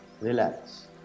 relax